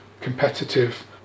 competitive